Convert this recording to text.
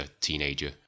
teenager